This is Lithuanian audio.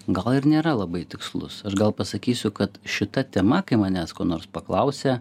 gal ir nėra labai tikslus aš gal pasakysiu kad šita tema kai manęs ko nors paklausia